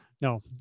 no